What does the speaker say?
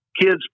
Kids